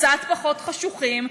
קצת פחות חשוכים,